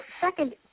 second